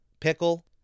Pickle